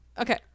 Okay